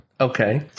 Okay